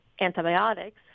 antibiotics